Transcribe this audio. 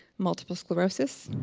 multiple sclerosis,